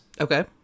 Okay